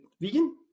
vegan